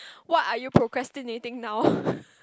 what are you procrastinating now